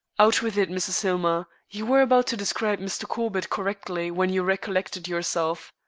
out with it, mrs. hillmer. you were about to describe mr. corbett correctly when you recollected yourself.